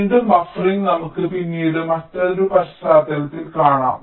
വീണ്ടും ബഫറിംഗ് നമുക്ക് പിന്നീട് മറ്റൊരു പശ്ചാത്തലത്തിൽ കാണാം